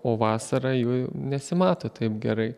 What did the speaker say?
o vasarą jų nesimato taip gerai